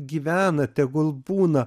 gyvena tegul būna